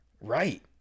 right